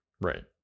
Right